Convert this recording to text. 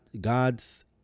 God's